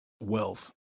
wealth